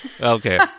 Okay